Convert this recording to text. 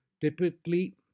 typically